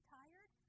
tired